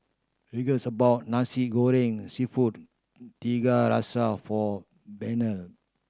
Regan's bought Nasi Goreng Seafood Tiga Rasa for Burnell